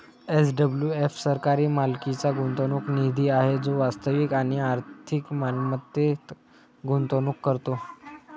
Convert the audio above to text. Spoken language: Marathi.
एस.डब्लू.एफ सरकारी मालकीचा गुंतवणूक निधी आहे जो वास्तविक आणि आर्थिक मालमत्तेत गुंतवणूक करतो